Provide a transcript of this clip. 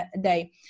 day